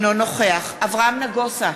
אינו נוכח אברהם נגוסה,